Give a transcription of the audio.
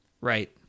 Right